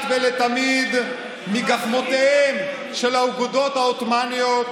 ולתמיד מגחמותיהם של האגודות העות'מאניות,